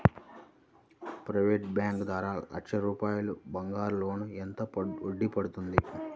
Private bank ద్వారా లక్ష రూపాయలు బంగారం లోన్ ఎంత వడ్డీ పడుతుంది?